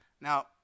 Now